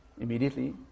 immediately